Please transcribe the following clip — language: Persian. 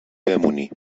بمونی